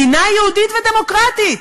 מדינה יהודית ודמוקרטית.